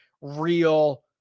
real